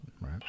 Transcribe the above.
right